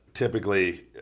Typically